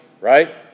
right